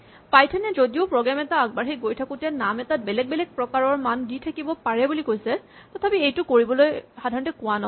Python এ যদিও program এটা আগবাঢ়ি গৈ থাকোতে নাম এটাত বেলেগ বেলেগ প্ৰকাৰৰ মান দি থাকিব পাৰে বুলি কৈছে তথাপি এইটো কৰিবলৈ কোৱা নহয়